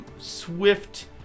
swift